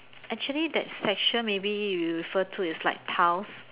actually that section maybe you refer to is like tiles